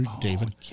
David